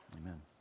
Amen